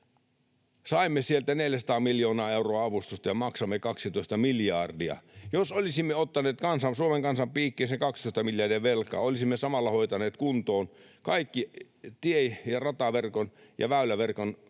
Saimme sieltä 400 miljoonaa euroa avustusta ja maksamme 12 miljardia. Jos olisimme ottaneet Suomen kansan piikkiin sen 12 miljardia velkaa, olisimme samalla hoitaneet kuntoon kaikki tie- ja rataverkon ja väyläverkon hoitorästit